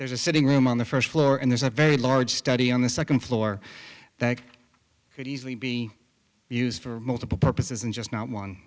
there's a sitting room on the first floor and there's a very large study on the second floor that could easily be used for multiple purposes and just not